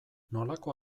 nolako